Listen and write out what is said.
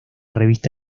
revista